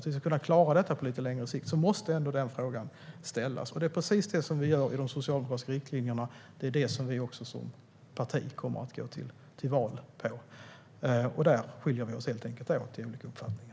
Om vi ska kunna klara detta på lite längre sikt måste den frågan ställas. Det är precis det som vi gör i de socialdemokratiska riktlinjerna, och det är det som vi som parti kommer att gå till val på. Där skiljer vi oss helt enkelt åt, och vi har olika uppfattningar.